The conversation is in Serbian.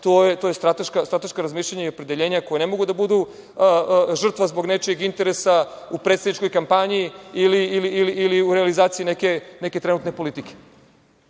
to su strateška razmišljanja i opredeljenja koja ne mogu da budu žrtva zbog nečijeg interesa u predsedničkoj kampanji ili u realizaciji neke trenutne politike.